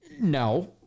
No